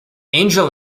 angel